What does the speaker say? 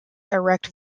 erect